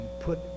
put